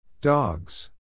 Dogs